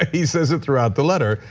ah he says it throughout the letter.